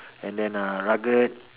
and then uh